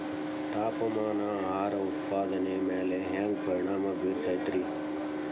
ತಾಪಮಾನ ಆಹಾರ ಉತ್ಪಾದನೆಯ ಮ್ಯಾಲೆ ಹ್ಯಾಂಗ ಪರಿಣಾಮ ಬೇರುತೈತ ರೇ?